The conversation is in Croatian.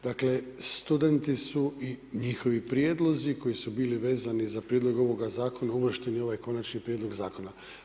Dakle, studenti su i njihovi prijedlozi koji su bili vezani za prijedlog ovoga zakona uvršteni u ovaj konačni prijedlog zakona.